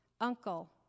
uncle